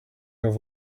have